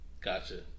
Gotcha